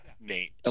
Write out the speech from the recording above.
Nate